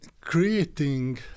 creating